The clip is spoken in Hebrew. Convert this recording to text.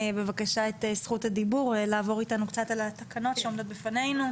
בבקשה את זכות הדיבור לעבור איתנו על התקנות שעומדות בפנינו.